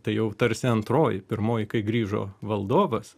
tai jau tarsi antroji pirmoji kai grįžo valdovas